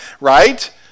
right